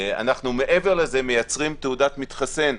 אנחנו מעבר לזה מייצרים תעודת מתחסן,